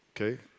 Okay